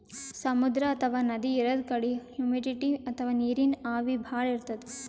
ಸಮುದ್ರ ಅಥವಾ ನದಿ ಇರದ್ ಕಡಿ ಹುಮಿಡಿಟಿ ಅಥವಾ ನೀರಿನ್ ಆವಿ ಭಾಳ್ ಇರ್ತದ್